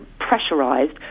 pressurised